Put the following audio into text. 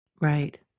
Right